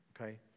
okay